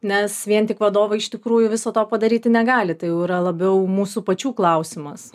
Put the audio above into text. nes vien tik vadovai iš tikrųjų viso to padaryti negali tai jau yra labiau mūsų pačių klausimas